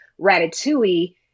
Ratatouille